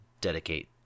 dedicate